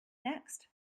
next